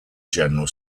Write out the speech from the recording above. general